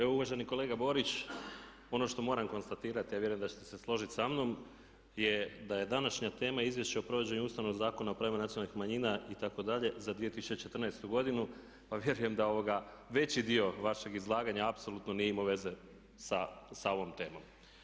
Evo uvaženi kolega Borić, ono što moram konstatirati, a vjerujem da ćete se složit sa mnom je da je današnja tema Izvješće o provođenju Ustavnog zakona o pravima nacionalnih manjina itd. za 2014. godinu, pa vjerujem da veći dio vašeg izlaganja apsolutno nije imao veze sa ovom temom.